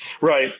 Right